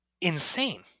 insane